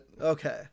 Okay